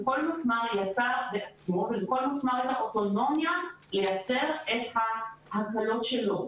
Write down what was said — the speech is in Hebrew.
וכל מפמ"ר יצא בעצמו ולכל מפמ"ר הייתה אוטונומיה לייצר את ההקלות שלו.